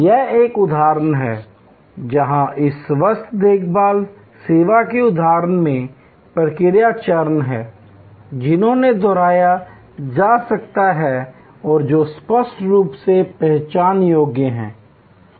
यह एक उदाहरण है जहां इस स्वास्थ्य देखभाल सेवा के उदाहरण में प्रक्रिया चरण हैं जिन्हें दोहराया जा सकता है और जो स्पष्ट रूप से पहचान योग्य हैं